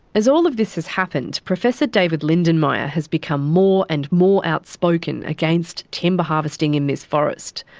as all of this has happened, professor david lindenmayer has become more and more outspoken against timber harvesting in this forest.